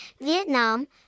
Vietnam